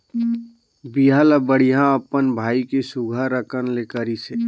बिहा ल बड़िहा अपन भाई के सुग्घर अकन ले करिसे